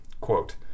Quote